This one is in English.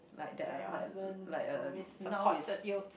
like your husband that always supported you